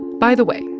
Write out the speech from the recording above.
by the way,